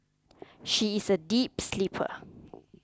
she is a deep sleeper